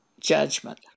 judgment